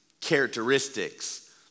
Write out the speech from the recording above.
characteristics